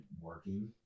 working